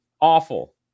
awful